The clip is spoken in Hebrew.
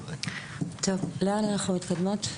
טוב, לאן אנחנו מתקדמות?